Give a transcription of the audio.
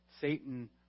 Satan